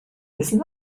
isn’t